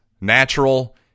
natural